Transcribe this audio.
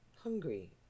hungry